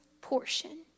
portion